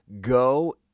go